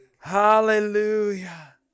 Hallelujah